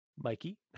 Mikey